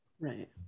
Right